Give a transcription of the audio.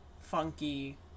funky